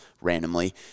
randomly